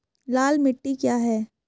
लाल मिट्टी क्या है?